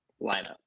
lineup